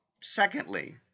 Secondly